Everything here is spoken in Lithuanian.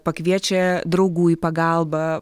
pakviečia draugų į pagalbą